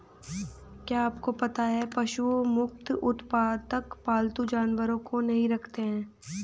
क्या आपको पता है पशु मुक्त उत्पादक पालतू जानवरों को नहीं रखते हैं?